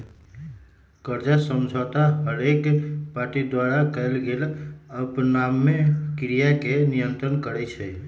कर्जा समझौता हरेक पार्टी द्वारा कएल गेल आपनामे क्रिया के नियंत्रित करई छै